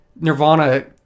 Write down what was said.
Nirvana